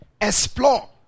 Explore